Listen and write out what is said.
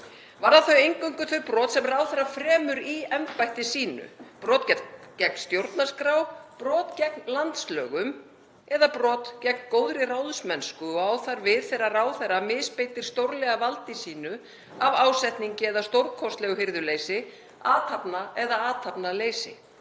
Varða þau eingöngu þau brot sem ráðherra fremur í embætti sínu, brot gegn stjórnarskrá, brot gegn landslögum eða brot gegn góðri ráðsmennsku og á það við þegar ráðherra misbeitir stórlega valdi sínu af ásetningi eða stórkostlegu hirðuleysi, athafna- eða athafnaleysi.